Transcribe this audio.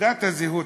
בתעודת הזהות,